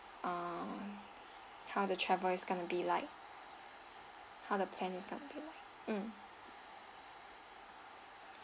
um how the travel is going to be like how the plan is going to be like mm